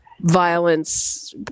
violence